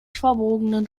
verbogenen